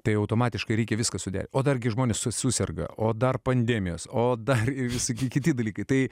tai automatiškai reikia viską suder o dar gi žmonės su suserga o dar pandemijos o dar ir visi kiti dalykai tai